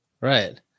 right